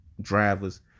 drivers